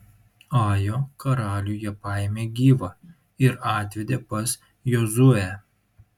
ajo karalių jie paėmė gyvą ir atvedė pas jozuę